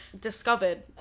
discovered